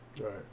right